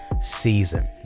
season